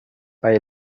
bei